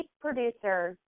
producers